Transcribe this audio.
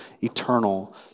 eternal